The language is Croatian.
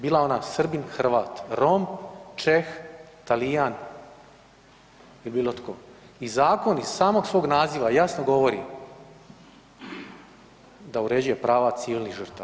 Bila ona Srbin, Hrvat, Rom, Čeh, Talijan i bilo tko i zakon iz samog svog naziva jasno govori da uređuje prava civilnih žrtava.